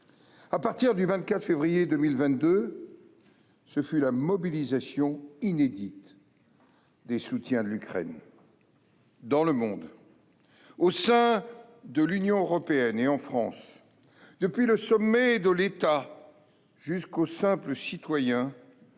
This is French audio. à partir du 24 février 2022, ce fut la mobilisation, inédite, des soutiens de l'Ukraine dans le monde, au sein de l'Union européenne et en France, depuis le sommet de l'État jusqu'aux simples citoyens, sans